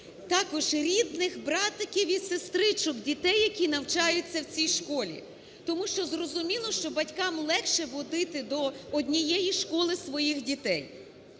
також рідних братиків і сестричок дітей, які навчаються в цій школі. Тому що зрозуміло, що батькам легше водити до однієї школи своїх дітей.